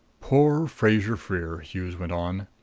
poor fraser-freer! hughes went on.